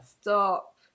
stop